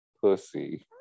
pussy